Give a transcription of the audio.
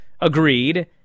agreed